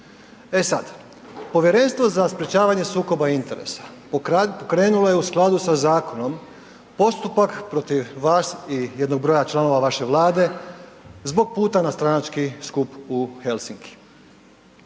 E sad, Povjerenstvo za sprječavanje sukoba interesa pokrenulo je u skladu sa zakonom postupak vas i jednog broja članova vaše Vlade zbog puta na stranački skup u Helsinki.